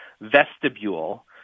vestibule